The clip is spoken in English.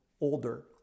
older